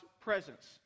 presence